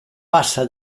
passa